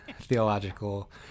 theological